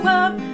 up